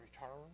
return